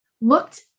looked